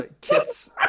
kits